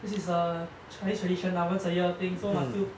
this is a chinese tradition ah once a year thing so must do